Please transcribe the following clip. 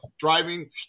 driving